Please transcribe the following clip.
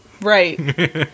Right